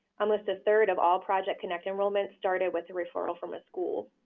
almost a third of all project connect enrollments start with a referral from a school.